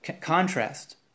contrast